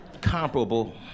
comparable